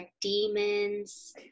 demons